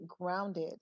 grounded